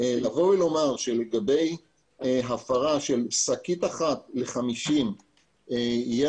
לומר שלגבי הפרה של שקית אחת עד 50 שקיות תהיה